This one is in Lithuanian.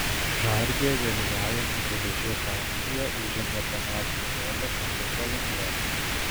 žardė vėlyvajame geležies amžiuje užėmė panašų plotą kaip ir palanga